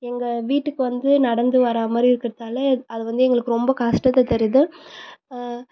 எங்கள் வீட்டுக்கு வந்து நடந்து வர மாதிரி இருக்கிறதால்ல அது வந்து எங்களுக்கு ரொம்ப கஷ்டத்த தருது